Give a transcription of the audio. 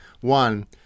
One